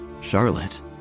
Charlotte